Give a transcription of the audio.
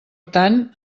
tant